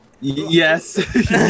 yes